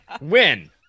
win